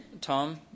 Tom